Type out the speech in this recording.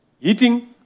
eating